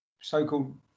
so-called